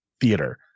Theater